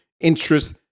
interest